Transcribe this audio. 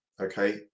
okay